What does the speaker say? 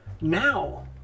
now